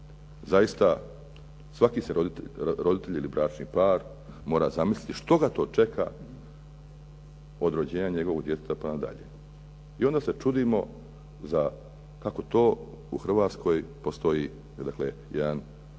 zaista svaki se roditelj ili bračni par mora zamisliti što ga to čeka od rođenja njegovog djeteta pa nadalje. I onda se čudimo kako to u Hrvatskoj postoji dakle